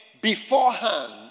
beforehand